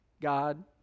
God